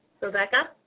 Rebecca